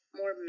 more